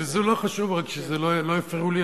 הזלזול לא חשוב, רק שלא יפריעו לי.